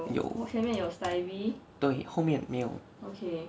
有对后面没有